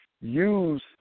use